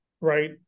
right